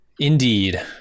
Indeed